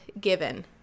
given